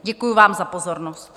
Děkuji vám za pozornost.